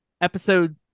Episode